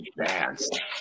advanced